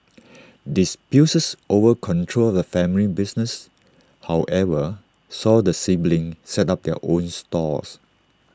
disputes over control of the family business however saw the siblings set up their own stalls